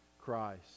Christ